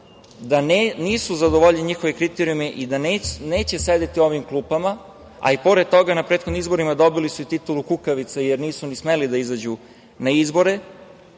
da nisu zadovoljeni njihovi kriterijumu i da neće sedeti u ovim klupama.I pored toga, na prethodnim izborima dobili su i titulu kukavice, jer nisu ni smeli da izađu na izbore,